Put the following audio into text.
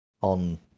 on